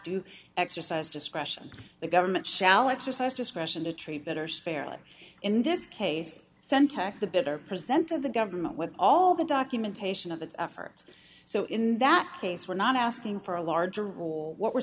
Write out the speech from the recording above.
to exercise discretion the government shall exercise discretion to treat better spare lives in this case centex the better present of the government with all the documentation of its efforts so in that case we're not asking for a larger role what we're